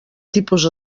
tipus